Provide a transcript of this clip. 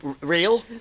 real